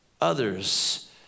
others